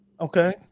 Okay